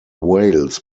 wales